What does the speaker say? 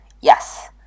yes